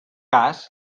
cas